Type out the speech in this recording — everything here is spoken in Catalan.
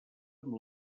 amb